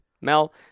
Mel